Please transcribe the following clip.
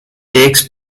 takes